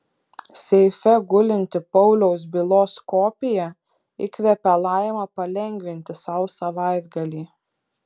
seife gulinti pauliaus bylos kopija įkvepia laimą palengvinti sau savaitgalį